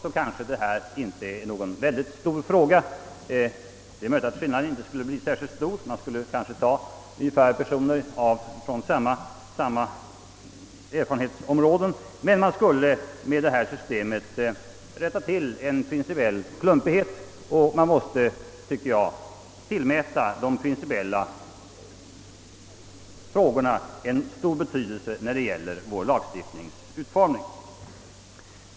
I sak är detta kanske inte någon stor fråga — det är möjligt att skillnaden inte bleve så stor utan att man skulle komma att tillsätta personer från i stort sett samma erfarenhetsområden som nu. Men man skulle med detta system rätta till en principiell klumpighet, och jag anser att man måste tillmäta de principiella frågorna stor betydelse när det gäller vår lagstiftnings utformning.